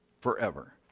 forever